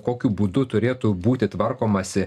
kokiu būdu turėtų būti tvarkomasi